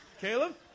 Caleb